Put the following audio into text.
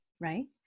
right